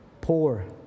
Poor